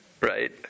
Right